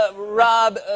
ah rob